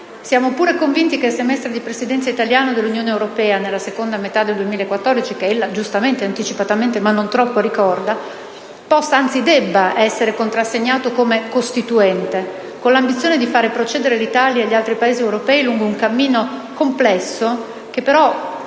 Siamo pure convinti che il semestre di Presidenza italiano dell'Unione europea nella seconda metà del 2014, che ella ha giustamente e anticipatamente (ma non troppo), ricordato possa e anzi debba essere contrassegnato come un semestre costituente, con l'ambizione di far procedere l'Italia e gli altri Paesi europei lungo un cammino complesso, che ha però